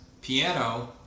piano